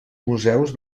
museus